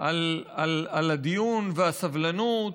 על הדיון והסבלנות,